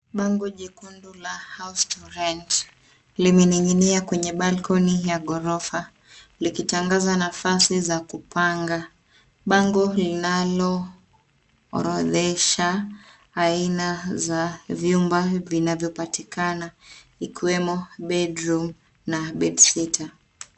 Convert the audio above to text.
Bango jekundu la house to rent limening'inia kwenye balcony ya ghorofa likitangaza nafasi za kupanga. Bango linaloorodhesha aina za vyumba vinavyopatikana ikiwemo bedroom na bedsitter .